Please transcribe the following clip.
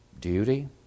duty